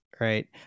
right